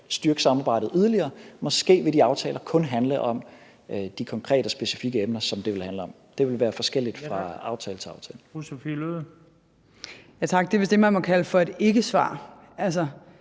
styrke samarbejdet yderligere. Måske vil de aftaler kun handle om de konkrete og specifikke emner, som det vil handle om. Det vil være forskelligt fra aftale til aftale. Kl. 17:25 Den fg. formand